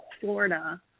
Florida